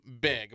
big